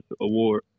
award